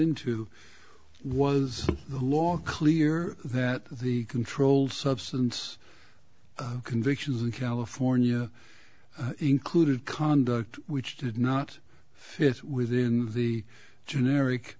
into was the law clear that the controlled substance convictions in california included conduct which did not fit within the generic